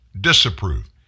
disapprove